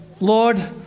Lord